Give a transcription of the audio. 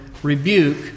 Rebuke